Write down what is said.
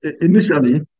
Initially